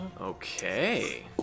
Okay